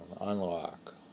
unlock